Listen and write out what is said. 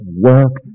work